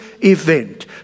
event